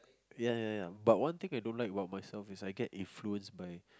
ya ya ya but I thing I don't like about myself is I get influence by